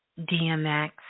DMX